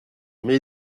mais